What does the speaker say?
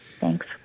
Thanks